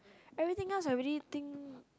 everything else I already think